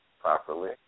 properly